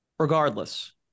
Regardless